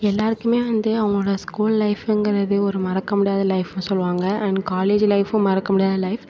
எல்லாருக்குமே வந்து அவங்களோட ஸ்கூல் லைஃபுங்கிறது ஒரு மறக்க முடியாத லைஃபுன்னு சொல்லுவாங்க அண்ட் காலேஜ் லைஃபும் மறக்க முடியாத லைஃப்